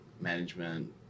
management